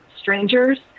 strangers